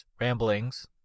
ramblings